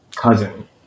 Cousin